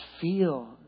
feel